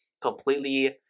completely